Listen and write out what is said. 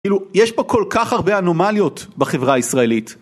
כאילו, יש פה כל כך הרבה אנומליות בחברה הישראלית.